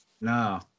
No